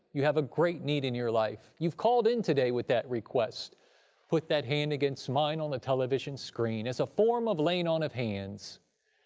you have a great need in your life, you've called in today with that request put that hand against mine on the television screen as a form of laying on of hands,